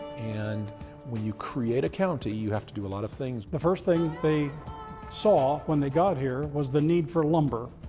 and when you create a county you have to do a lot of things. the first thing they saw when they got here was the need for lumber.